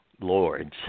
lords